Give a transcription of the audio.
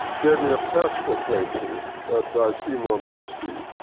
gave me a pastel painting by simon bussy.